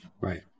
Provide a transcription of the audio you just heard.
Right